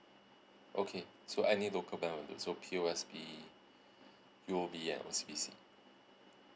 okay so any local bank will do so P_O_S_B U_O_B and O_C_B_C